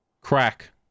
Crack